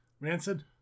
Rancid